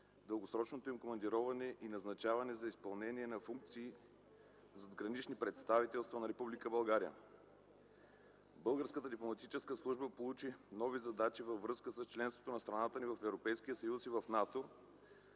дългосрочното им командироване и назначаване за изпълнение на функции в задграничните представителства на Република България. Българската дипломатическа служба получи нови задачи във връзка с членството на страната ни в Европейския